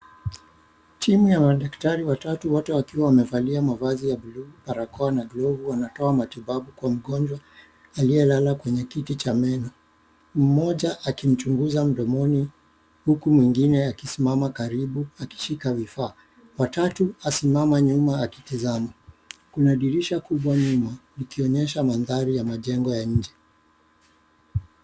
Timu ya madaktari watatu wote wakiwa wamevalia mavazi ya buluu, barakoa na glovu. Wanatoa matibabu Kwa mgonjwa aliyelala kwenye kiti cha meno. Mmoja akimchunguza mdomoni huku mwingine akisimama karibu akishika vifaa, watatu asimama nyuma akitizama, kuna dirisha kubwa nyuma ikionyesha maandhari ya jengo ya inje.